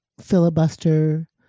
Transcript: filibuster